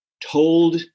told